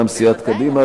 מטעם סיעת קדימה,